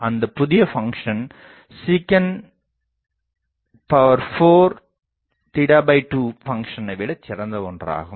அந்தப் புதிய function sec4 2 பங்ஷனை விடச் சிறந்த ஒன்றாகும்